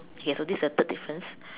okay so this is the third difference